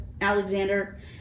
Alexander